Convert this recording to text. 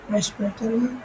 Respiratory